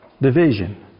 Division